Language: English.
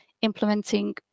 implementing